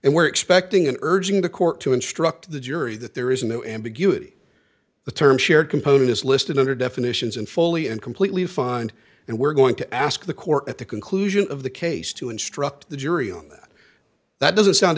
and we're expecting an urging the court to instruct the jury that there is no ambiguity the term shared component is listed under definitions and fully and completely find and we're going to ask the court at the conclusion of the case to instruct the jury on that that doesn't sound